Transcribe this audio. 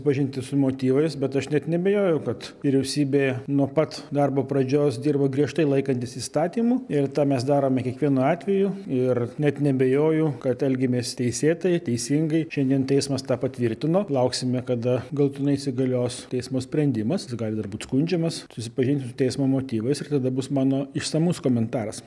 susipažinti su motyvais bet aš net neabejoju kad vyriausybė nuo pat darbo pradžios dirba griežtai laikantis įstatymų ir tą mes darome kiekvienu atveju ir net neabejoju kad elgiamės teisėtai teisingai šiandien teismas tą patvirtino lauksime kada galutinai įsigalios teismo sprendimas gali būt skundžiamas susipažinti su teismo motyvais ir tada bus mano išsamus komentaras